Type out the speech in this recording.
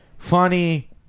Funny